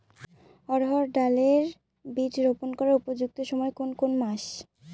অড়হড় ডাল এর বীজ রোপন করার উপযুক্ত সময় কোন কোন মাস?